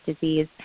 disease